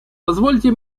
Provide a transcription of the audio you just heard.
позвольте